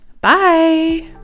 bye